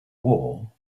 war